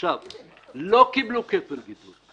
עכשיו לא קיבלו כפל גידול.